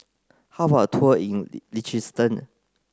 how about a tour in Liechtenstein